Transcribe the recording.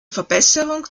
verbesserung